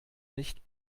nicht